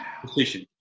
position